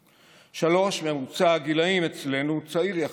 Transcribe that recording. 3. ממוצע הגילים אצלנו צעיר יחסית,